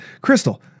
Crystal